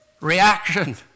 reaction